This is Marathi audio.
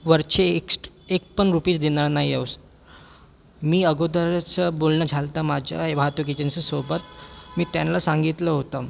वरचे एक्स्ट एक पण रुपीज देणार नाही हौस् मी अगोदरच बोलण झालं होतं माझं वाहतुक एजेंसीस सोबत मी त्यांना सांगितलं होतं